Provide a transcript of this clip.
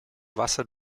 wasser